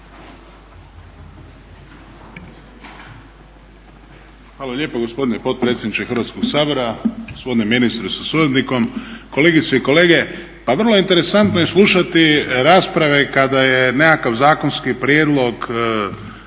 Hvala lijepo gospodine potpredsjedniče Hrvatskog sabora. Gospodine ministre sa suradnikom, kolegice i kolege. Pa vrlo je interesantno slušati rasprave kada je nekakav zakonski prijedlog